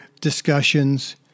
discussions